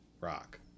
Rock